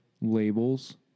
labels